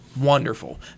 Wonderful